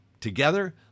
Together